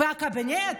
והקבינט?